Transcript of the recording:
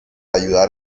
ayudar